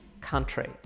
country